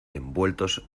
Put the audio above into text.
envueltos